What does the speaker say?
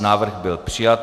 Návrh byl přijat.